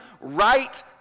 right